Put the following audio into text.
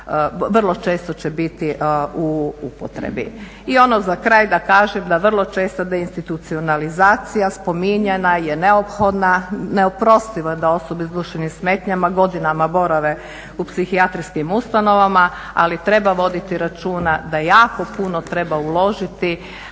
vrlo često će biti u upotrebi. I ono za kraj da kažem, da vrlo često deinstitucionalizacija spominjana je, neophodna. Neoprostivo je da osobe sa duševnim smetnjama godinama borave u psihijatrijskim ustanovama, ali treba voditi računa da jako puno treba uložiti